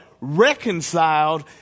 reconciled